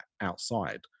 outside